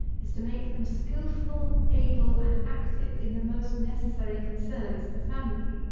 is to make them skilful, able and active in the most necessary concerns of a family.